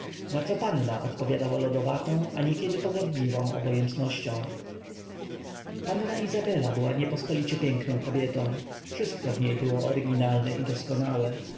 na co panna odpowiadała lodowatą a niekiedy pogardliwą obojętnością panna izabela była niepospolicie piękną kobietą wszystko w niej było oryginalne i doskonałe